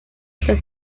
está